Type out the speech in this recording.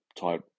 type